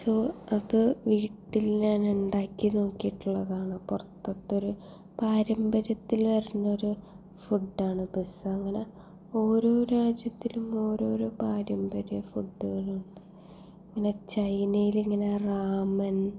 so അതു വീട്ടിൽ ഞാനുണ്ടാക്കി നോക്കിയിട്ടുള്ളതാണ് പുറത്തേത്തൊരു പാരമ്പര്യത്തിൽ വരണൊരു ഫുഡാണ് പിസ്സ അങ്ങനെ ഓരോ രാജ്യത്തിലും ഓരോരോ പാരമ്പര്യ ഫുഡുകളുണ്ട് പിന്നെ ചൈനയിലിങ്ങനെ റാമെൻ